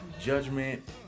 judgment